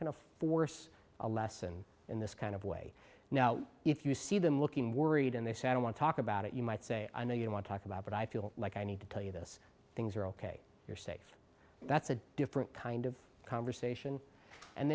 going to force a lesson in this kind of way now if you see them looking worried and they say i don't want to talk about it you might say i know you want to talk about but i feel like i need to tell you this things are ok you're safe that's a different kind of conversation and